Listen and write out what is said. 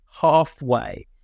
halfway